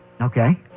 Okay